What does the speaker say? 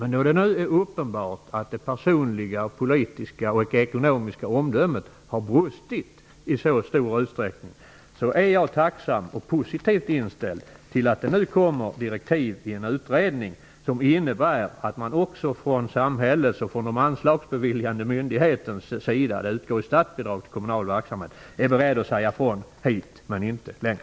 Men eftersom det nu är uppenbart att det personliga, politiska och ekonomiska omdömet har brustit i så stor utsträckning, är jag tacksam över och positivt inställd till att det nu kommer direktiv till en utredning, som innebär att man också från samhällets och den anslagsbeviljande myndighetens sida -- det utgår ju statsbidrag till kommunal verksamhet -- är beredda att säga: Hit, men inte längre.